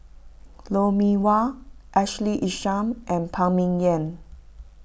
Lou Mee Wah Ashley Isham and Phan Ming Yen